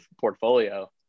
portfolio